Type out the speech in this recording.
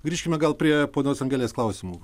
grįžkime gal prie ponios angelės klausimų